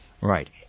Right